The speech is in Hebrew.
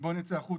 בוא נצא החוצה.